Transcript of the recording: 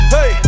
Hey